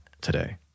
today